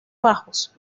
bajos